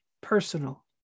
personal